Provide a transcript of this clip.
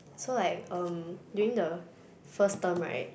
so like um during the first term right